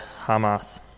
Hamath